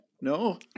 No